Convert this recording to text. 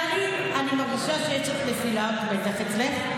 טלי, אני מרגישה שיש נפילת מתח אצלך.